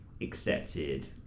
accepted